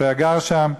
הוא גר שם,